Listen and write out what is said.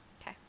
Okay